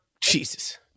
Jesus